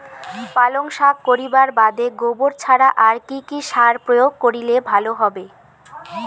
পালং শাক করিবার বাদে গোবর ছাড়া আর কি সার প্রয়োগ করিলে ভালো হবে?